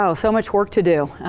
so so much work to do.